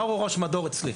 מאור הוא ראש מדור אצלי.